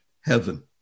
heaven